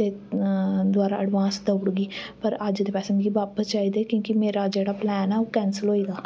ते दवारा अडवांस देई ओड़गी पर अज दे पैसे मिगी बापस चाहिदे क्योंकि मेरा जेह्ड़ा प्लैन ऐ ओह् कैंसल होई दा